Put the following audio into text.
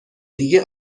دیگه